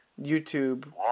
YouTube